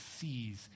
sees